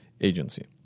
agency